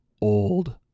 old